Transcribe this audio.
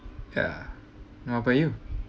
ya what about you